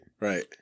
Right